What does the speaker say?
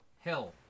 Hill